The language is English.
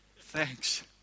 Thanks